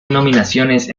nominaciones